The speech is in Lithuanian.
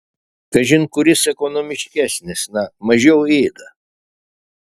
kažin kuris ekonomiškesnis na mažiau ėda